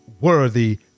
worthy